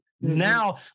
Now